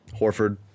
Horford